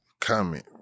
comment